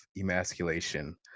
emasculation